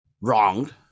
Wrong